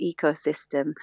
ecosystem